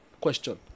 Question